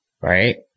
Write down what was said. Right